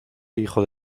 hijo